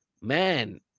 man